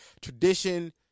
tradition